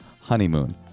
honeymoon